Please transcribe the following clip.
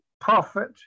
prophet